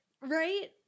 right